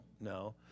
no